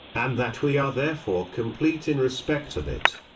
and that we are therefore complete in respect of it.